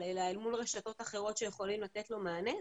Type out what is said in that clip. אלא אל מול רשתות אחרות שיכולים לתת לו מענה,